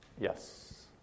Yes